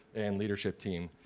and leadership team.